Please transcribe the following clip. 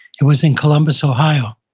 it was in columbus, ohio.